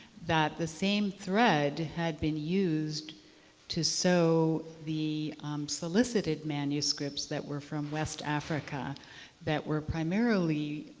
that the same thread had been used to sew the solicited manuscripts that were from west africa that were primarily